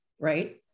right